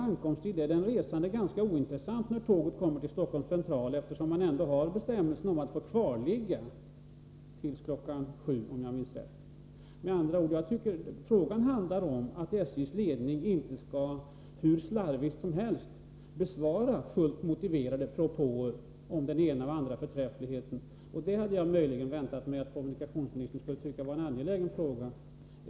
Det är för den resande ganska ointressant när tåget kommer till Stockholms central, eftersom man ändå enligt bestämmelser får ligga kvar till kl. 07.00, om jag minns rätt. Frågan handlar om att SJ:s ledning inte hur slarvigt som helst skall få besvara fullt motiverade propåer om den ena eller den andra förträffligheten. Det hade jag väntat mig att kommunikationsministern skulle tycka var en angelägen fråga.